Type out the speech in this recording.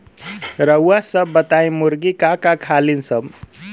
रउआ सभ बताई मुर्गी का का खालीन सब?